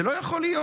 זה לא יכול להיות.